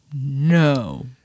No